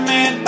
Man